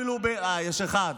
יש אחד,